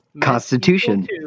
Constitution